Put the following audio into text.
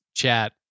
Chat